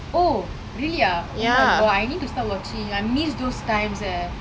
oh really ah oh my god I need to start watching I miss those times eh